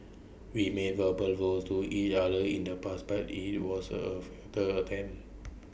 we made verbal vows to each other in the past but IT was A futile attempt